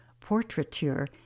portraiture